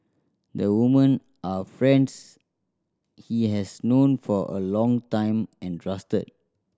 the women are friends he has known for a long time and trusted